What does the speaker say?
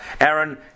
Aaron